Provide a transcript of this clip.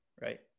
right